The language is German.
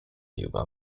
junger